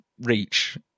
reach